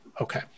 Okay